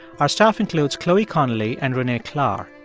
our staff includes chloe connellly and renee klahr.